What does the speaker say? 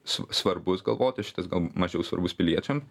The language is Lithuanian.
sv svarbus galvoti šitas gal mažiau svarbus piliečiam